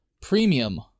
premium